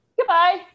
Goodbye